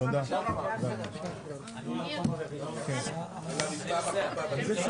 הישיבה ננעלה בשעה 11:53.